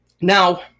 Now